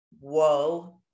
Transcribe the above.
whoa